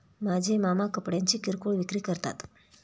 माझे मामा कपड्यांची किरकोळ विक्री करतात